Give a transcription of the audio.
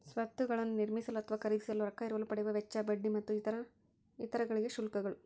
ಸ್ವತ್ತುಗಳನ್ನ ನಿರ್ಮಿಸಲು ಅಥವಾ ಖರೇದಿಸಲು ರೊಕ್ಕಾ ಎರವಲು ಪಡೆಯುವ ವೆಚ್ಚ, ಬಡ್ಡಿ ಮತ್ತು ಇತರ ಗಳಿಗೆ ಶುಲ್ಕಗಳು